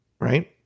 right